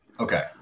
Okay